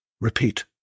Repeat